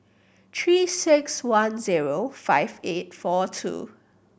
Three Six One zero five eight four two